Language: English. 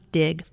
dig